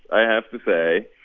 i have to say.